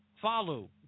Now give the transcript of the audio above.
follow